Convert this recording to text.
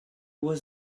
was